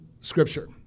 scripture